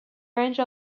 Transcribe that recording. range